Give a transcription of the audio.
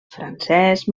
francès